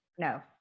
No